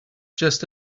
just